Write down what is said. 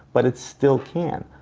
but it still can.